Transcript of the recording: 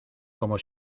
como